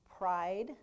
pride